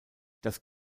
das